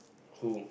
who